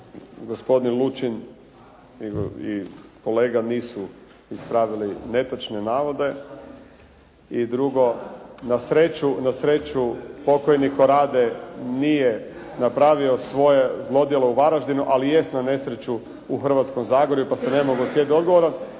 gospodin Lučin i kolega nisu ispravili netočne navode i drugo, na sreću pokojni Korade nije napravio svoje zlodjelo u Varaždinu, ali jest na nesreću u Hrvatskom zagorju, pa se ne mogu osjetiti odgovornim.